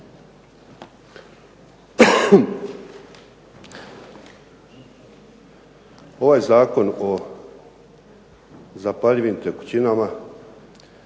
Ovaj Zakon o zapaljivim tekućinama